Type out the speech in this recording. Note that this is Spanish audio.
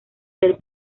ser